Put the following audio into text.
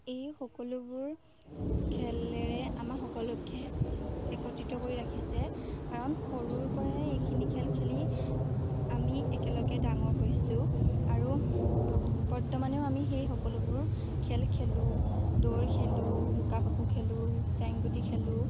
এই সকলোবোৰ খেলেৰে আমাৰ সকলোকে একত্ৰিত কৰি ৰাখিছে কাৰণ সৰুৰপৰাই এইখিনি খেল খেলি আমি একেলগে ডাঙৰ হৈছোঁ আৰু বৰ্তমানেও আমি সেই সকলোবোৰ খেল খেলোঁ দৌৰ খেলোঁ লুকা ভাকু খেলোঁ চেংগুটি খেলোঁ